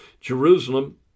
Jerusalem